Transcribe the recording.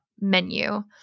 menu